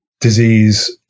disease